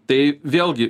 tai vėlgi